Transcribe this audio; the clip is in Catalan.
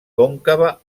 còncava